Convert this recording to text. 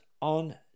on